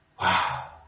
Wow